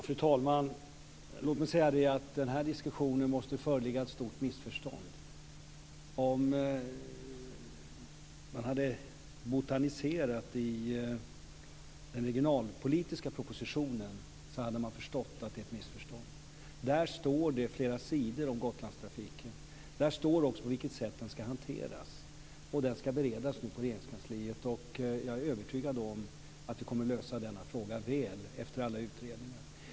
Fru talman! Låt mig säga att det i den här diskussionen måste föreligga ett stort missförstånd. Om man hade botaniserat i den regionalpolitiska propositionen skulle man ha förstått att det är fråga om ett missförstånd. Där står det på flera sidor om Gotlandstrafiken. Där står det också om hur den ska hanteras. Den saken ska nu beredas i Regeringskansliet. Jag är övertygad om att vi kommer att lösa denna fråga väl efter alla utredningar.